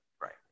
Right